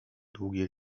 długie